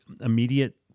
immediate